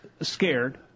scared